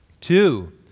Two